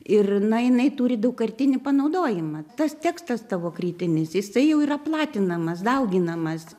ir na jinai turi daugkartinį panaudojimą tas tekstas tavo kritinis jisai jau yra platinamas dauginamas